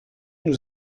nous